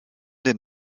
den